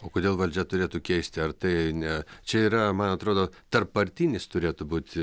o kodėl valdžia turėtų keisti ar tai ne čia yra man atrodo tarppartinis turėtų būt